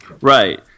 Right